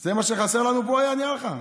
זה מה שחסר לנו פה, נראה לך?